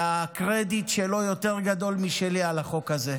והקרדיט שלו יותר גדול משלי על החוק הזה.